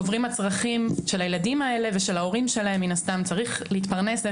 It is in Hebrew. גוברים הצרכים של הילדים האלה ושל ההורים שלהם שצריכים איכשהו להתפרנס.